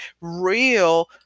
real